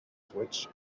switch